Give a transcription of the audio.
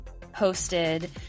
posted